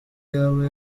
yaba